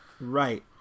Right